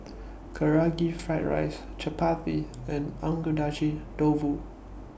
Karaage Fried Chicken Chapati and Agedashi Dofu